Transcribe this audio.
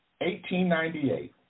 1898